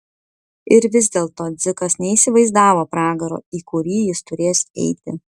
ir vis dėlto dzikas neįsivaizdavo pragaro į kurį jis turės eiti